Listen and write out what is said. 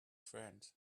friend